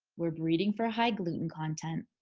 we're breeding for high gluten content.